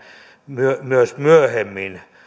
myös myös myöhemmin